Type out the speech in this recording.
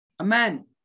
Amen